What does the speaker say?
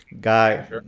guy